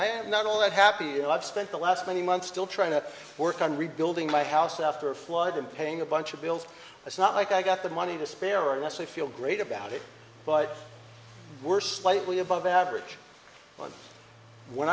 i am not all that happy you know i've spent the last many months still trying to work on rebuilding my house after a flood and paying a bunch of bills it's not like i got the money to spare or leslie feel great about it but we're slightly above average on